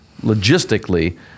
logistically